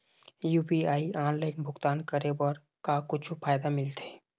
UPI online भुगतान करे बर का कुछू फायदा मिलथे?